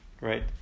right